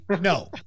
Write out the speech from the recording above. No